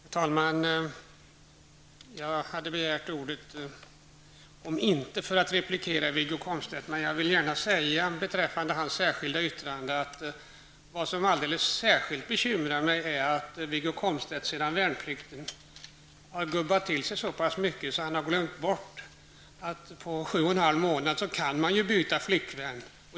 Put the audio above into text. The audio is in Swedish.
Herr talman! Jag begärde inte ordet för att replikera Wiggo Komstedt, men jag vill gärna säga beträffande hans särskilda yttrande att vad som alldeles särskilt bekymrar mig är att Wiggo Komstedt sedan värnplikten gubbat till sig så pass mycket att han har glömt bort att man på sju och en halv månad faktiskt kan byta flickvän.